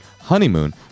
honeymoon